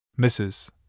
Mrs